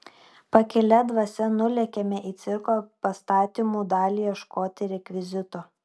pakilia dvasia nulėkėme į cirko pastatymų dalį ieškoti rekvizito